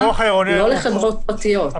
כולל לחברות פרטיות.